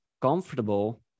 comfortable